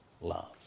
love